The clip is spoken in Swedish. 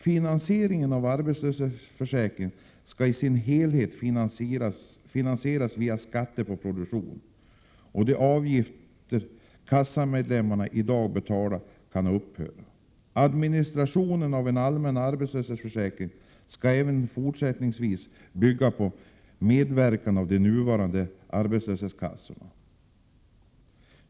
Finansieringen av arbetslöshetsförsäkringen skall i sin helhet ske via skatt på produktionen, och de avgifter kassamedlemmarna i dag betalar kan upphöra. —- Administrationen av en allmän arbetslöshetsförsäkring skall även fortsättningsvis bygga på medverkan av de nuvarande arbetslöshetskassorna.